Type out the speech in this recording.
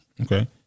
Okay